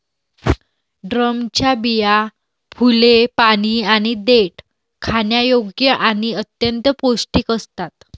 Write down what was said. ड्रमच्या बिया, फुले, पाने आणि देठ खाण्यायोग्य आणि अत्यंत पौष्टिक असतात